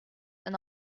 and